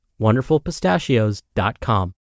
wonderfulpistachios.com